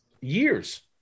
years